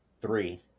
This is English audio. three